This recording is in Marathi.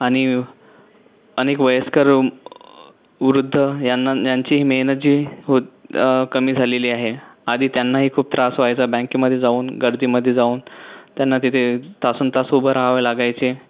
आणि अनेक वयस्क वृद्ध यांना यांची मेहनत जी होत कमी झालेली आहे आधी त्यांनाही खूप त्रास व्हायचा बँकेमध्ये जाऊन गर्दीमध्ये जाऊन त्यांना तिथे तासन् तास उभं राहावं लागायचे